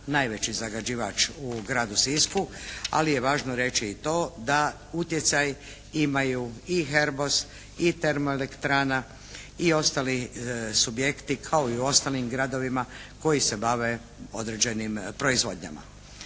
najveći zagađivač u gradu Sisku ali je važno reći i to da utjecaj imaju i "Herbos", i Termoelektrana i ostali subjekti kao i u ostalim gradovima koji se bave određenim proizvodnjama.